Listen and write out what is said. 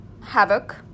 havoc